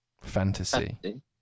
Fantasy